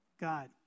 God